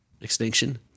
extinction